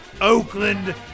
Oakland